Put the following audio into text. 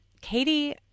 Katie